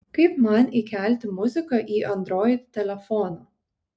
kaip man įkelti muziką į android telefoną